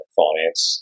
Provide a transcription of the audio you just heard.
finance